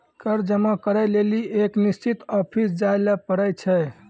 कर जमा करै लेली एक निश्चित ऑफिस जाय ल पड़ै छै